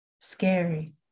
scary